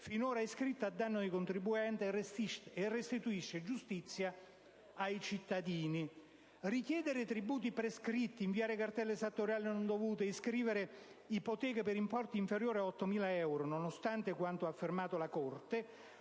finora iscritte a danno dei contribuenti e restituisce giustizia ai cittadini. Richiedere tributi prescritti, inviare cartelle esattoriali non dovute e iscrivere ipoteche per importi inferiori a 8.000 euro nonostante quanto ha affermato la Corte,